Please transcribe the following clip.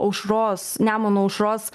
aušros nemuno aušros